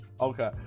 Okay